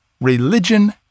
Religion